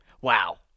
wow